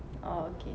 orh okay